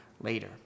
later